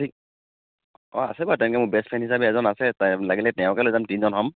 ঠিক অ আছে বাৰু তেনেকৈ মোৰ বেষ্ট ফ্ৰেণ্ড হিচাপে এজন আছে লাগিলে তেওঁকে লৈ যাম তিনিজন হ'ম